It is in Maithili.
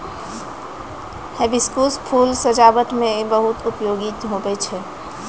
हिबिस्कुस फूल सजाबट मे बहुत उपयोगी हुवै छै